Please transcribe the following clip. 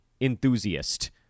enthusiast